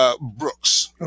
Brooks